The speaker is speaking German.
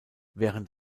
während